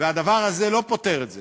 והדבר הזה לא פותר את זה.